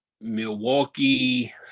Milwaukee